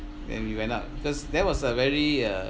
then we went out because that was uh very uh